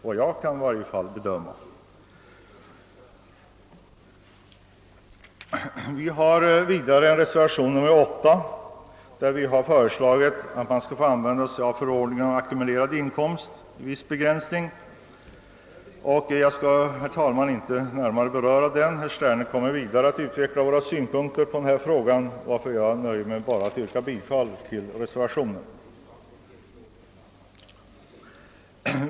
I reservation nr 8 har vi föreslagit att förordningen om ackumulerad inkomst med viss begränsning skall gälla i fråga om realisationsvinst vid försäljning av fastighet. Jag skall, herr talman, inte ta upp den saken; herr Sterne kommer att utveckla våra synpunkter på denna fråga, varför jag nöjer mig med att yrka bifall till reservationen.